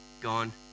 gone